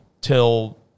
till